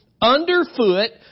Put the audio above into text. underfoot